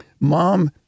Mom